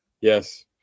Yes